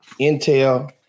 intel